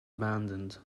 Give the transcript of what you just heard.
abandoned